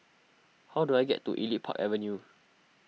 how do I get to Elite Park Avenue